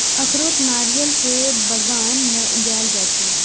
अखरोट नारियल के बगान मे उगाएल जाइ छै